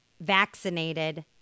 vaccinated